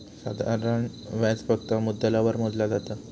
साधारण व्याज फक्त मुद्दलावर मोजला जाता